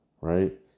right